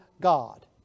God